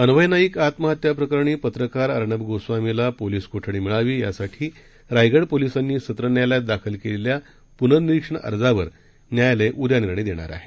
अन्वय नाईक आत्महत्या प्रकरणी पत्रकार अर्णब गोस्वामीला पोलीस कोठडी मिळावी यासाठी रायगड पोलिसांनी सत्र न्यायालयात दाखल केलेल्या पूनर्निरीक्षण अर्जावर न्यायालय उद्या निर्णय देणार आहे